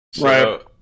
right